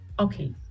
Okay